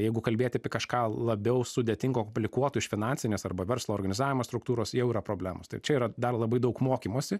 jeigu kalbėti apie kažką labiau sudėtingo komplikuoto iš finansinės arba verslo organizavimo struktūros jau yra problemos tai čia yra dar labai daug mokymosi